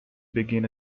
begin